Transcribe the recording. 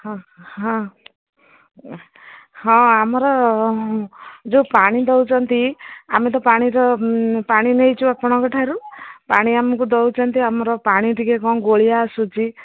ହଁ ହଁ ହଁ ଆମର ଯୋଉ ପାଣି ଦେଉଛନ୍ତି ଆମେ ତ ପାଣିର ପାଣି ନେଇଛୁ ଆପଣଙ୍କ ଠାରୁ ପାଣି ଆମକୁ ଦେଉଛନ୍ତି ଆମର ପାଣି ଟିକେ କ'ଣ ଗୋଳିଆ ଆସୁଛି